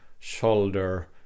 Shoulder